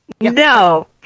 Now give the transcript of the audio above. No